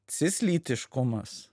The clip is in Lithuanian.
cis lytiškumas